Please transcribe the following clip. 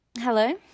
Hello